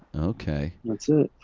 okay. that's it,